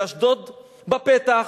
ואשדוד בפתח,